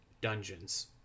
dungeons